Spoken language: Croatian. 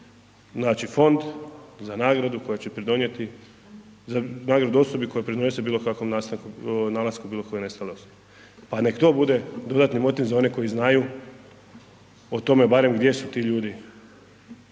naći fond za nagradu koja će pridonijeti, za nagradu osobi koja pridonese nalasku bilokoje nestale osobe pa nek to bude dodatni motiv za one koji znaju o tome barem gdje su ti ljudi,